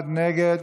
91 נגד.